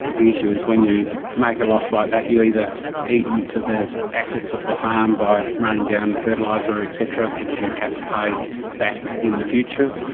the issue is when you make a loss like that you either eat into the assets of the farm by running down fertiliser et cetera, which you have to pay back in the future,